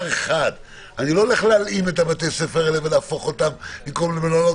לא הולך להלאים את בתי הספר האלה ולהפוך אותם למקומות,